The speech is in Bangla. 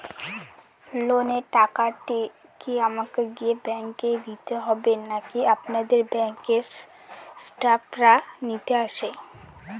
লোনের টাকাটি কি আমাকে গিয়ে ব্যাংক এ দিতে হবে নাকি আপনাদের ব্যাংক এর স্টাফরা নিতে আসে?